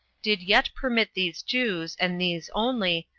did yet permit these jews, and these only,